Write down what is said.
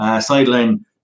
sideline